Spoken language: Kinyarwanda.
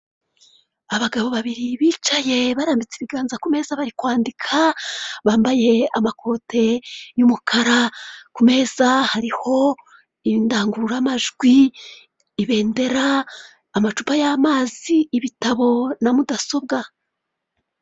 Abagabo babiri bicaye barambitse ibiganza ku meza bari kwandika bambaye amakote y' umukara ku meza hariho indangururamajwi, ibendera, amacupa y' amazi, ibitabo na mudasobwa.